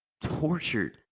Tortured